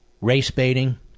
race-baiting